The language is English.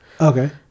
Okay